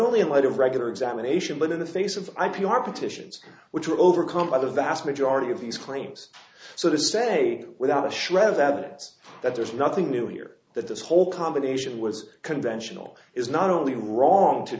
only in light of regular examination but in the face of i p r petitions which were overcome by the vast majority of these claims so to say without a shred of evidence that there's nothing new here that this whole combination was conventional is not only wrong to